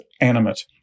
animate